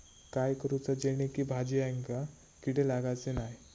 काय करूचा जेणेकी भाजायेंका किडे लागाचे नाय?